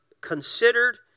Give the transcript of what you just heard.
considered